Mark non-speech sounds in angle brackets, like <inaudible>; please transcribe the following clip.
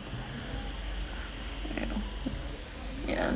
<noise> yeah